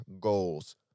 goals